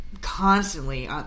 Constantly